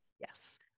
Yes